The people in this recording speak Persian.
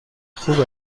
خوبه